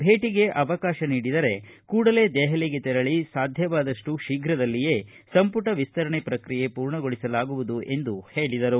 ಭೇಟಗೆ ಅವಕಾಶ ನೀಡಿದರೆ ಕೂಡಲೇ ದೆಹಲಿಗೆ ತೆರಳ ಸಾಧ್ಯವಾದಪ್ಟು ಶೀಘ್ರದಲ್ಲಿಯೇ ಸಂಪುಟ ವಿಸ್ತರಣೆ ಪ್ರಕ್ರಿಯೆ ಪೂರ್ಣಗೊಳಿಸಲಾಗುವುದು ಎಂದು ಹೇಳಿದರು